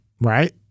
right